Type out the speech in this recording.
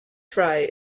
fry